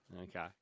Okay